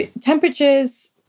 temperatures